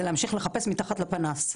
זה להמשיך לחפש מתחת לפנס,